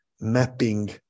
mapping